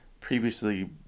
previously